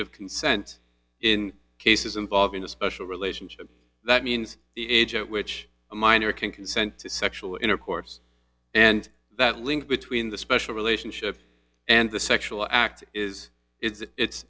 of consent in cases involving a special relationship that means the age at which a minor can consent to sexual intercourse and that link between the special relationship and the sexual act is it's